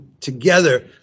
together